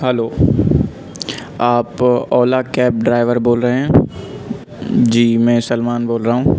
hello آپ Ola cab driver بول رہے ہیں جی میں سلیمان بول رہا ہوں